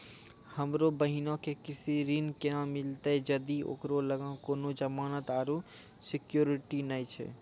हमरो बहिनो के कृषि ऋण केना मिलतै जदि ओकरा लगां कोनो जमानत आरु सिक्योरिटी नै छै?